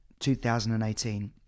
2018